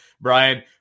Brian